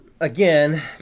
again